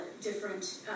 different